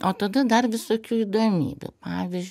o tada dar visokių įdomybių pavyzdžiui